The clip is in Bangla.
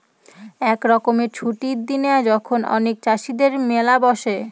এক রকমের ছুটির দিনে যখন অনেক চাষীদের মেলা বসে